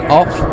off